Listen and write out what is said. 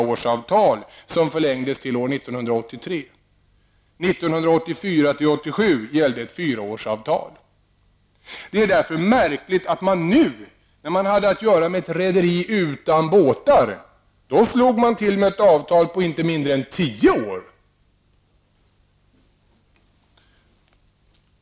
År Det är därför märkligt att man nu, när man hade att göra med ett rederi utan båtar, slog till med ett avtal på inte mindre än tio år.